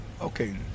Okay